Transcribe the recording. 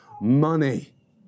money